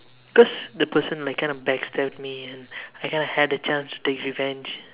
cause the person like kind of back stabbed me and I kind of had the chance to take revenge